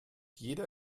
jeder